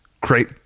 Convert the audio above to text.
great